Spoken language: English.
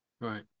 Right